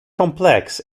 complex